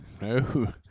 no